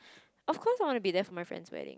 of course I want to be there for my friend's weddings